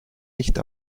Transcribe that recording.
nicht